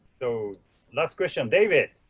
so last question, david.